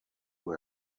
who